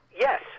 yes